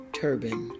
turban